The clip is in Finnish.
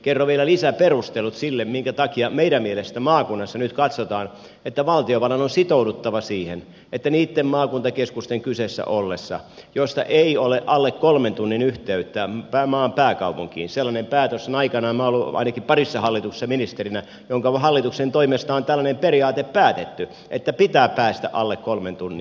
kerron vielä lisäperustelut sille minkä takia meidän mielestämme maakunnassa nyt katsotaan että valtiovallan on sitouduttava siihen niitten maakuntakeskusten kyseessä ollessa joista ei ole alle kolmen tunnin yhteyttä maan pääkaupunkiin sellainen päätös on aikanaan tehty minä olen ollut ainakin parissa hallituksessa ministerinä jonka hallituksen toimesta on tällainen periaate päätetty että pitää päästä alle kolmen tunnin